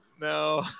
No